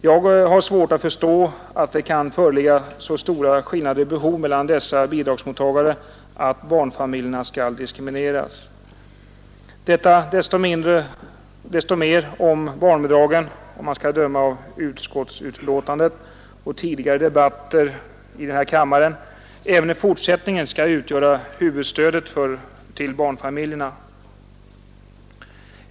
Jag har svårt att förstå att det kan föreligga så stora skillnader mellan dessa bidragsmottagare att barnfamiljerna skall behöva diskrimineras, detta desto mindre som barnbidraget — om man skall döma av utskottsbetänkandet och tidigare debatter i den här kammaren — även i fortsättningen skall utgöra huvudstödet för barnfamiljerna.